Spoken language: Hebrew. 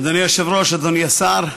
אדוני היושב-ראש, אדוני השר,